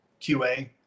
QA